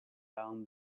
down